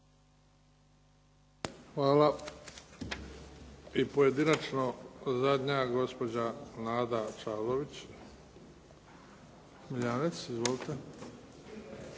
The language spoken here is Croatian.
Hvala. I pojedinačno zadnja, gospođa Nada Čavlović Smiljanec. Izvolite.